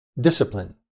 discipline